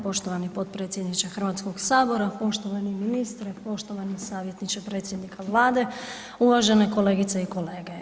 Poštovani potpredsjedniče Hrvatski sabora, poštovani ministre, poštovani savjetniče predsjednika Vlade, uvažene kolegice i kolege.